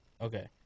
Okay